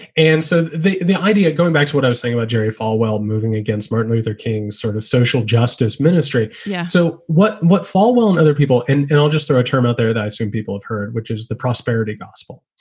and so the the idea going back to what i was saying about jerry falwell moving against martin luther king, sort of social justice ministry. yeah so what what falwell and other people and and i'll just throw a term out there that some people have heard, which is the prosperity gospel,